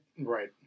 right